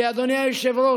כי, אדוני היושב-ראש,